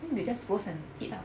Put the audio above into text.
then they just roast and eat lah